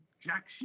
jack